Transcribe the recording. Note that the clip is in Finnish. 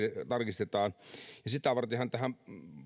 tarkistetaan ja sitä vartenhan tähän